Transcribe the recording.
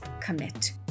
commit